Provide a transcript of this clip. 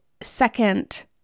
second